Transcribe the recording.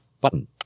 button